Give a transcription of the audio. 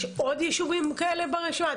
יש עוד יישובים כאלה ברשימה?